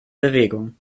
bewegung